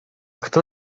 kto